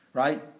right